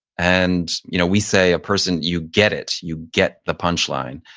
and you know we say a person, you get it. you get the punchline.